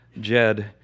Jed